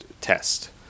test